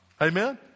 Amen